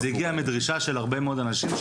זה הגיע מדרישה של הרבה מאוד אנשים,